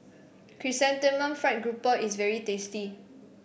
Chrysanthemum Fried Grouper is very tasty